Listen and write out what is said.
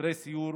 שוטרי סיור